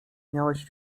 miałeś